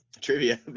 trivia